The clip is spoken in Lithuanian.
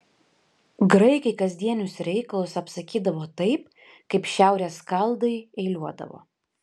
graikai kasdienius reikalus apsakydavo taip kaip šiaurės skaldai eiliuodavo